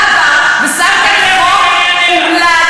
אתה בא ושם כאן חוק אומלל,